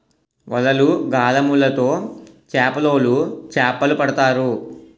వలలు, గాలములు తో చేపలోలు చేపలు పడతారు